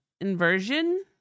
inversion